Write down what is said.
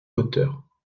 auteur